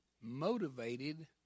motivated